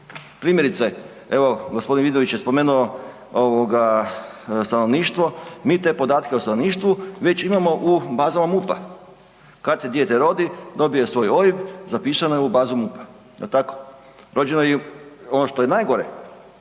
Primjerice, evo gospodin Vidović je spomenuo stanovništvo, mi te podatke o stanovništvu već imamo u bazama MUP-a. Kada se dijete rodi, dobije svoj OIB zapisano je u bazu MUP-a. Ono što je najgore